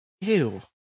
Ew